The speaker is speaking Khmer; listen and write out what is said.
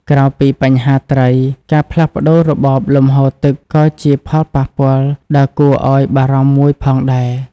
ក្រៅពីបញ្ហាត្រី ការផ្លាស់ប្ដូររបបលំហូរទឹកក៏ជាផលប៉ះពាល់ដ៏គួរឱ្យបារម្ភមួយផងដែរ។